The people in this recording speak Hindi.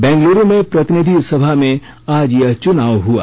बेंगलूरू में प्रतिनिधि सभा में आज यह चुनाव हुआ